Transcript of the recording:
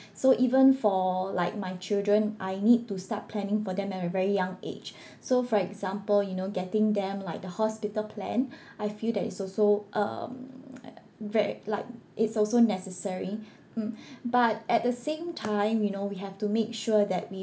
so even for like my children I need to start planning for them at a very young age so for example you know getting them like the hospital plan I feel that it's also um very like it's also necessary mm but at the same time you know we have to make sure that we